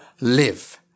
live